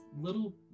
little